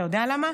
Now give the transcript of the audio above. אתה יודע למה?